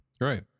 right